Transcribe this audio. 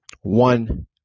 one